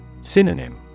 Synonym